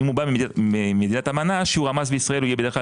אם הוא בא ממדינת אמנה שהמס בישראל יהיה בדרך כלל